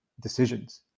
decisions